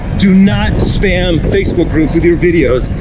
do not spam facebook groups with your videos.